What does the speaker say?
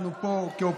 אנחנו פה כאופוזיציה,